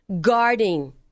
guarding